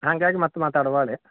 ಹಂಗಾಗಿ ಮತ್ತೆ ಮಾತಾಡುವ ಹೇಳಿ